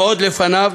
ועוד לפניו,